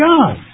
God